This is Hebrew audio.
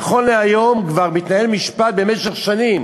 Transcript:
נכון להיום כבר מתנהל משפט במשך שנים.